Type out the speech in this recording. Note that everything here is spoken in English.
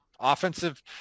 Offensive